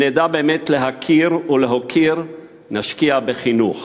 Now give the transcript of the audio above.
אם נדע באמת להכיר ולהוקיר נשקיע בחינוך.